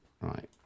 right